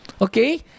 Okay